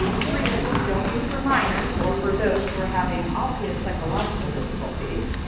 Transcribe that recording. three. don't read for minors or for those who are having obvious psychological difficulties.